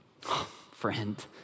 Friend